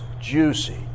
juicy